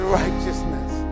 righteousness